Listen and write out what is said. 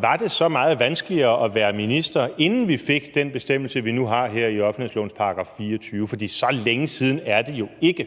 Var det så meget vanskeligere at være minister, inden vi fik den bestemmelse, vi nu har her i offentlighedslovens § 24? For så længe siden er det jo ikke.